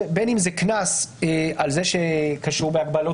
בין אם זה קנס על זה שקשור בהגבלות